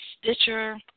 Stitcher